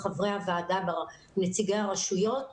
לחברי הוועדה ולנציגי הרשויות.